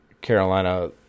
Carolina